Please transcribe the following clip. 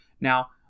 Now